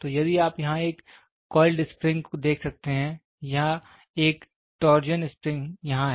तो यदि आप यहाँ एक कोईलड स्प्रिंग देख सकते हैं या एक टार्जन स्प्रिंग यहाँ है